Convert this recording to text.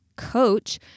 coach